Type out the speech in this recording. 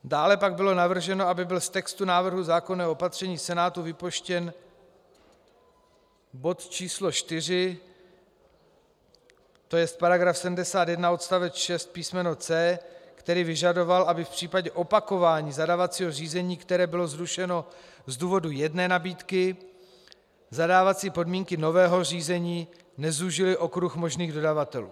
Dále pak bylo navrženo, aby byl z textu návrhu zákonného opatření Senátu vypuštěn bod číslo 4, tj. § 71 odst. 6 písm. c), který vyžadoval, aby v případě opakování zadávacího řízení, které bylo zrušeno z důvodu jedné nabídky, zadávací podmínky nového řízení nezúžily okruh možných dodavatelů.